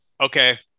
okay